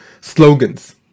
slogans